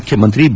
ಮುಖ್ಯಮಂತ್ರಿ ಬಿ